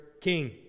king